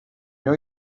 know